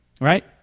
right